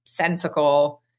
sensical